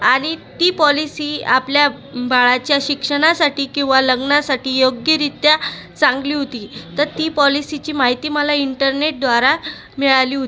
आणि ती पॉलिसी आपल्या बाळाच्या शिक्षणासाठी किंवा लग्नासाठी योग्यरीत्या चांगली होती तर ती पॉलिसीची माहिती मला इंटरनेटद्वारा मिळाली होती